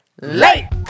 Late